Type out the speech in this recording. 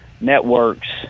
networks